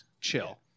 Chill